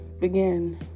begin